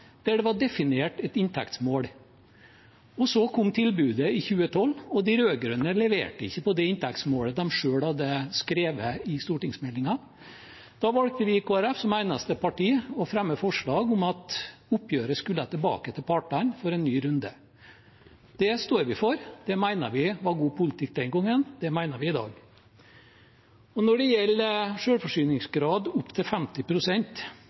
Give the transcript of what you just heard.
der det var definert et inntektsmål. Så kom tilbudet i 2012, og de rød-grønne leverte ikke på det inntektsmålet de selv hadde skrevet i stortingsmeldingen. Da valgte vi i Kristelig Folkeparti, som eneste parti, å fremme forslag om at oppgjøret skulle tilbake til partene for en ny runde. Det står vi for. Det mente vi var god politikk den gangen, og det mener vi i dag. Når det gjelder